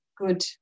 good